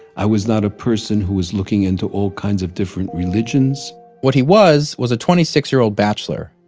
i was not a person who was looking into all kinds of different religions what he was, was a twenty-six-year-old bachelor,